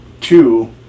Two